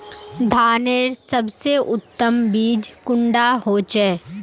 धानेर सबसे उत्तम बीज कुंडा होचए?